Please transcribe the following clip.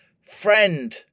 friend